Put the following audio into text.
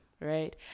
right